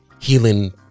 healing